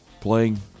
playing